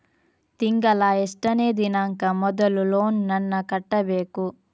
ತಿಂಗಳ ಎಷ್ಟನೇ ದಿನಾಂಕ ಮೊದಲು ಲೋನ್ ನನ್ನ ಕಟ್ಟಬೇಕು?